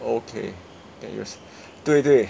okay then I just 对对